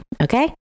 Okay